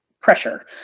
pressure